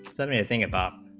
some anything about